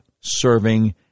serving